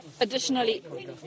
additionally